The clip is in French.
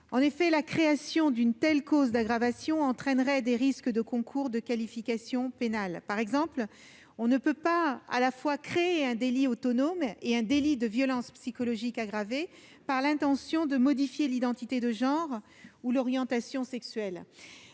conversion. La création d'une telle cause d'aggravation entraînerait des risques de concours de qualification pénale : on ne peut à la fois créer un délit autonome et un délit de violences psychologiques aggravées par l'intention de modifier l'identité de genre ou l'orientation sexuelle.